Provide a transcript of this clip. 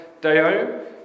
Deo